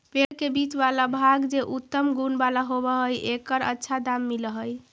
पेड़ के बीच वाला भाग जे उत्तम गुण वाला होवऽ हई, एकर अच्छा दाम मिलऽ हई